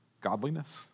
Godliness